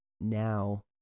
now